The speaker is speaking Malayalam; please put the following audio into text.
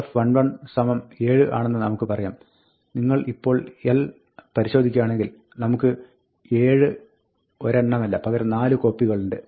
l11 7 ആണെന്ന് നമുക്ക് പറയാം നിങ്ങൾ ഇപ്പോൾ l പരിശോധിക്കുകയാണെങ്കിൽ നമുക്ക് 7 ഒരെണ്ണമല്ല പകരം 4 കോപ്പികളുണ്ട്